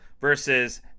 versus